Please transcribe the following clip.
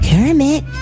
Kermit